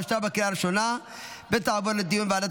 אושרה בקריאה הראשונה ותעבור לדיון בוועדת